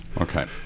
Okay